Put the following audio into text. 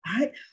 Right